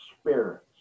spirits